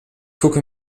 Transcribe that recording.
gucke